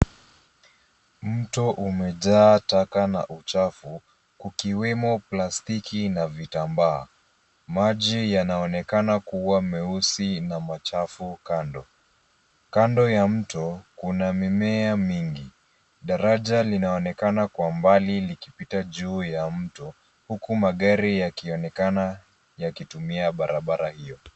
Mto umejaa taka na uchafu, kukiwemo plastiki na vitambaa. Maji yanaonekana kua meusi na machafu kando. Kando ya mto, kuna mimea mingi . Daraja linaonekana kwa mbali likipita juu ya mto, huku magari yakionekana yakitumia barabara hio.